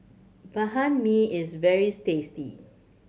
Banh Mi is very tasty